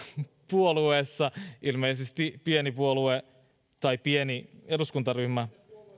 puolueessa ilmeisesti pieni puolue tai pieni eduskuntaryhmä niinpä